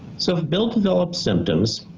so if bill develops symptoms,